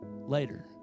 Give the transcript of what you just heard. later